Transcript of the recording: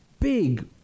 big